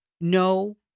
no